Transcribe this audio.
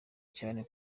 cyane